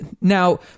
Now